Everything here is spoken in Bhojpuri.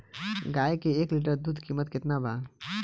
गाय के एक लीटर दूध कीमत केतना बा?